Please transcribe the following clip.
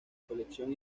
colección